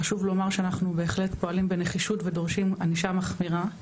חשוב לומר שאנחנו בהחלט פועלים בנחישות ודורשים ענישה מחמירה,